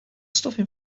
stuffing